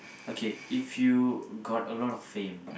okay if you got a lot of fame